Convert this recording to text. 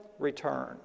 Return